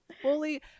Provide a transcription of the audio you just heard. fully